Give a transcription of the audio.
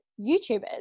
YouTubers